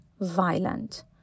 violent